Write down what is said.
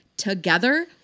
Together